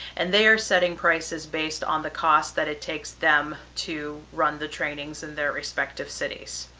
and they're setting prices based on the cost that it takes them to run the trainings in their respective cities.